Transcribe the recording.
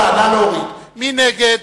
מי נגד?